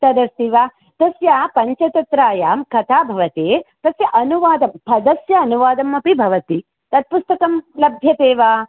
तदस्ति वा तस्य पञ्चतन्त्रायां कथा भवति तस्य अनुवादं पदस्य अनुवादमपि भवति तत् पुस्तकं लभ्यते वा